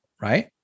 right